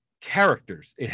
characters